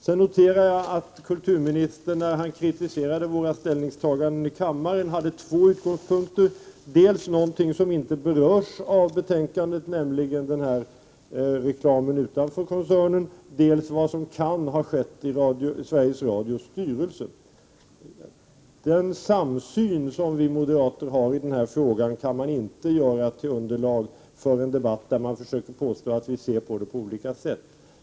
Jag noterade att kulturministern, när han kritiserade våra ställningstaganden i kammaren, hade två utgångspunkter: dels någonting som inte berörs i betänkandet, nämligen reklamen utanför koncernen, dels vad som kan ha skett i Sveriges Radios styrelse. Den samsyn som vi moderater har i denna fråga kan man inte ha såsom underlag för en debatt, där man försöker påstå att vi ser på frågan på olika sätt.